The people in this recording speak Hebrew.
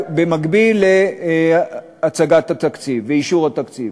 במקביל לאישור התקציב.